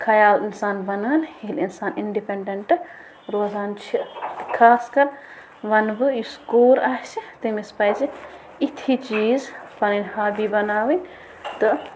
خیال اِنسان بَنان ییٚلہِ اِنسان اِنڈِپٮ۪نٛڈٮ۪نٛٹ روزان چھِ خاص کر وَنہٕ بہٕ یُس کوٗر آسہِ تٔمِس پَزِ یِتھی چیٖز پَنٕنۍ ہابی بناوٕنۍ تہٕ